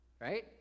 right